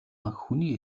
хүний